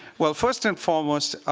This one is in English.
well, first and foremost,